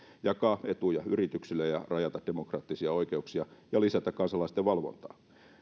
jakaa etuja yrityksille ja rajata demokraattisia oikeuksia ja lisätä kansalaisten valvontaa